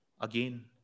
Again